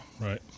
right